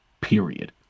period